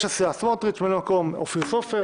הסיעה סמוטריץ'; ממלא מקום אופיר סופר.